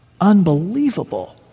Unbelievable